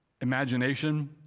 imagination